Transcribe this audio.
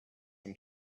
from